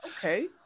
okay